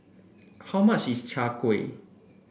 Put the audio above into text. how much is Chai Kuih